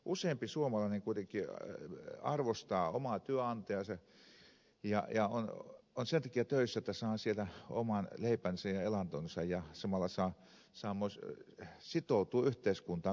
useampi suomalainen kuitenkin arvostaa omaa työnantajaansa ja on sen takia töissä jotta saa sieltä oman leipänsä ja elantonsa ja samalla myös sitoutuu yhteiskuntaan kokee tarpeelliseksi itsensä